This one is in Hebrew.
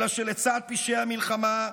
אלא שלצד פשעי המלחמה,